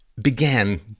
began